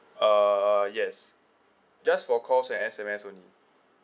err yes just for calls and S_M_S only